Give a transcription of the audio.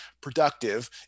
productive